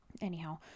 Anyhow